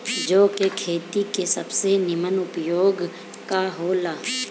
जौ के खेती के सबसे नीमन उपाय का हो ला?